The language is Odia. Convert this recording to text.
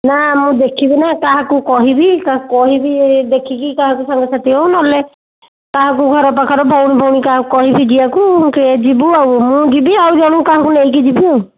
ନା ମୁଁ ଦେଖିବି ନା କାହାକୁ କହିବି କା କହିବି ଦେଖିକି କାହାକୁ ସାଙ୍ଗ ସାଥୀ ହେଉ ନହେଲେ କାହାକୁ ଘର ପାଖର ଭଉଣୀ ଫଉଣୀ କାହାକୁ କହିକି ଯିବାକୁ କିଏ ଯିବୁ ଆଉ ମୁଁ ଯିବି ଆଉ ଜଣକୁ କାହାକୁ ନେଇକି ଯିବି ଆଉ